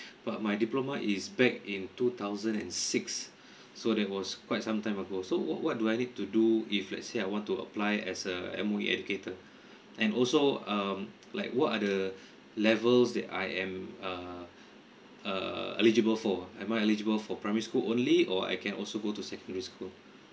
but my diploma is back in two thousand and six so that was quite some time ago so what what do I need to do if let's say I want to apply as a M_O_E educator and also um like what are the levels that I am uh err eligible for am I eligible for primary school only or I can also go to secondary school